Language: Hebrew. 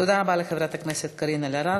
תודה רבה לחברת הכנסת קארין אלהרר.